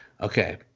Okay